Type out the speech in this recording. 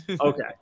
okay